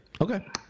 Okay